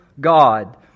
God